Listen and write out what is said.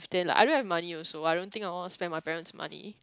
then like I don't have money also I don't think I want to spend my parent's money